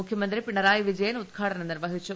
മുഖ്യമന്ത്രി പിണറായി വിജയൻ ഉദ്ഘാടനം നിർവ്വഹിച്ചു